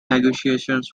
negotiations